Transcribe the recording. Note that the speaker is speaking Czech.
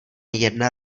jedna